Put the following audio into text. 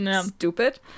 stupid